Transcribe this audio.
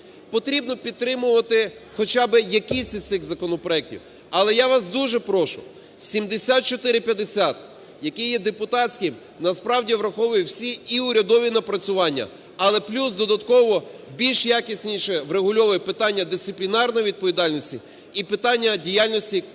Потрібно підтримувати хоча якийсь із цих законопроектів, але я вас дуже прошу, 7450, який є депутатським, насправді враховує всі і урядові напрацювання, але плюс додатково більш якісніше врегульовує питання дисциплінарної відповідальності і питання діяльності конкурсної